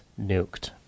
nuked